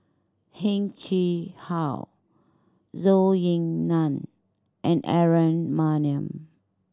Heng Chee How Zhou Ying Nan and Aaron Maniam